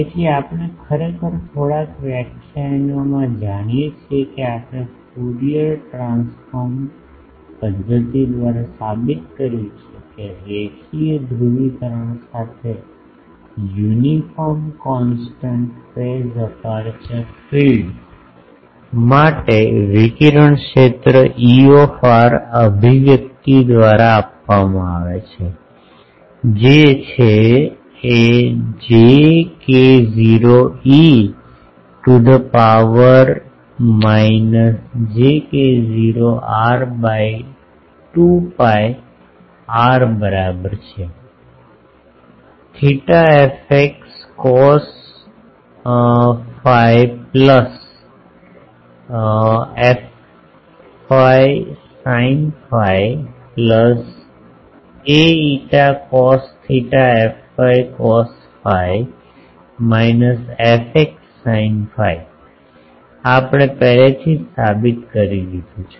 તેથી આપણે ખરેખર થોડાક વ્યાખ્યાનોમાં જાણીએ છીએ કે આપણે ફ્યુરિયર ટ્રાન્સફોર્મ પદ્ધતિ દ્વારા સાબિત કર્યું છે કે રેખીય ધ્રુવીકરણ સાથે uniform constant phase aperture field માટે વિકિરણ ક્ષેત્ર E અભિવ્યક્તિ દ્વારા આપવામાં આવે છે જે j k0 e to the power minus j k0 r by 2 pi r બરાબર છે θ fx cos phi plus fy sin phi plus aφ cos theta fy cos phi minus fx sin phi આ આપણે પહેલેથી જ સાબિત કરી દીધું છે